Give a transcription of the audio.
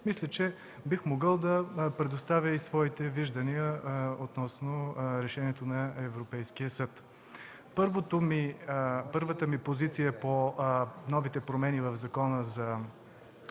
мисля, че бих могъл да предоставя и своите виждания относно решението на Европейския съд. Първата ми позиция по новите промени в Изборния